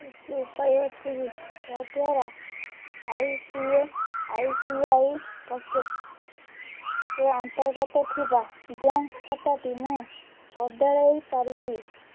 କିଛି ଉପାୟ ଅଛି କି ଯାଦ୍ୱାରା I C I C I ପକେଟ୍ରେ ଅନ୍ତର୍ଗତ ଥିବା ବ୍ୟାଙ୍କ ଖାତାଟି ମୁଁ ବଦଳାଇ ପାରିବି